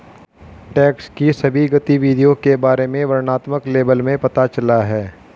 tax की सभी गतिविधियों के बारे में वर्णनात्मक लेबल में पता चला है